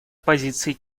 позиции